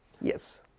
Yes